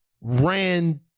ran